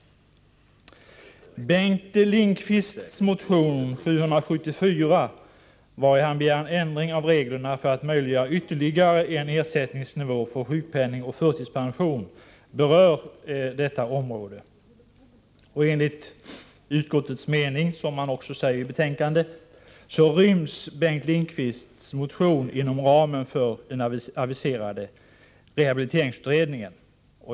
Bengt Lindqvists motion 774, vari han begär en ändring av reglerna för att möjliggöra ytterligare en ersättningsnivå för sjukpenning och förtidspension, berör detta område. Enligt utskottets mening — vilket också sägs i betänkan det — ryms Bengt Lindqvists motion inom ramen för den aviserade rehabiliteringsutredningen.